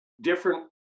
different